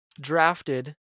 drafted